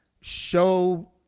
show